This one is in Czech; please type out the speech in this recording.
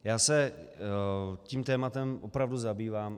Já se tím tématem opravdu zabývám.